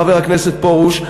חבר הכנסת פרוש,